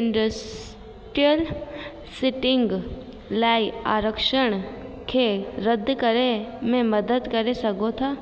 industrial seating लाइ आरक्षण खे रद्द करे में मदद करे सघो था